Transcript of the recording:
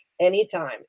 anytime